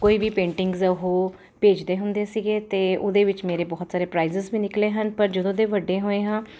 ਕੋਈ ਵੀ ਪੇਂਟਿੰਗਜ਼ ਉਹ ਭੇਜਦੇ ਹੁੰਦੇ ਸੀਗੇ ਅਤੇ ਉਹਦੇ ਵਿੱਚ ਮੇਰੇ ਬਹੁਤ ਸਾਰੇ ਪ੍ਰਾਈਜਸ ਵੀ ਨਿਕਲੇ ਹਨ ਪਰ ਜਦੋਂ ਦੇ ਵੱਡੇ ਹੋਏ ਹਾਂ